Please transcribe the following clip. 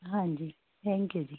ਹਾਂਜੀ thank you ਜੀ